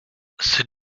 c’est